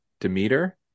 Demeter